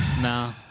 Nah